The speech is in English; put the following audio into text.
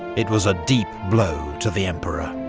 it was a deep blow to the emperor.